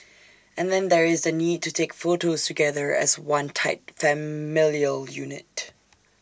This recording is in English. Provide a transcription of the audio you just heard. and then there is the need to take photos together as one tight familial unit